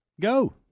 Go